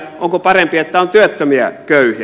onko parempi että on työttömiä köyhiä